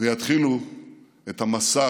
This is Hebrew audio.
ויתחילו את המסע